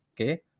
Okay